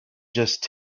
just